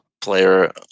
player